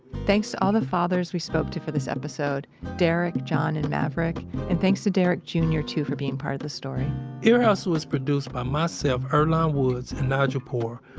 thanks to all the fathers we spoke to for this episode derrick, john, and maverick. and thanks to derrick jr too for being a part of this story ear hustle is produced by myself, earlonne um woods, and nigel poor,